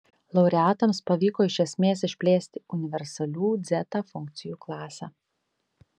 laureatams pavyko iš esmės išplėsti universalių dzeta funkcijų klasę